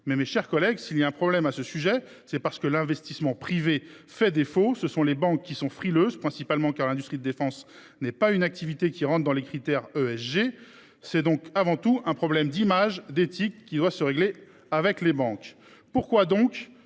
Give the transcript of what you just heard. mes chers collègues, s’il y a un problème à ce sujet, c’est parce que l’investissement privé fait défaut. Ce sont les banques qui sont frileuses, principalement parce que l’industrie de défense n’est pas une activité qui entre dans les critères ESG. C’est donc avant tout un problème d’image et d’éthique, qui doit se régler avec les banques. Pourquoi,